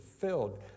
filled